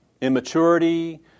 immaturity